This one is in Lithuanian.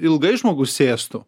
ilgai žmogus sėstų